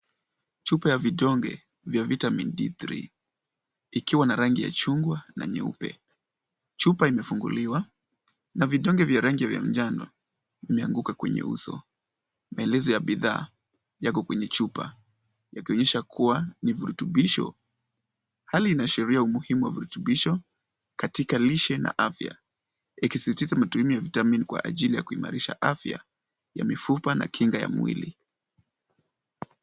Chupa ya vidonge vya Vitamini D3 ikiwa na rangi ya chungwa, na nyeupe. Chupa imefunguliwa na vidonge vya rangi ya njano imeanguka kwenye uso. Maelezo ya bidhaa yako kwenye chupa yakionyesha kuwa ni virutubisho. Hali inaashiria umuhimu wa virutubisho katika lishe na afya ikisisitiza umuhimu wa vitamini katika kuimarisha afya ya mifupa na kinga ya mwili.